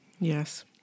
Yes